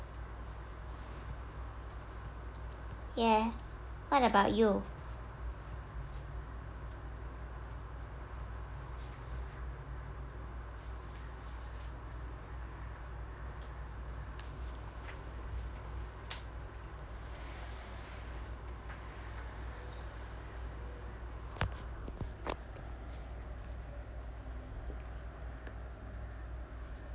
ya what about you